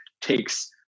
takes